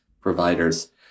providers